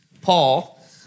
Paul